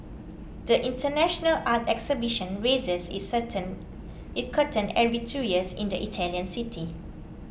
the international art exhibition raises its certain it curtain every two years in the Italian city